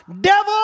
Devil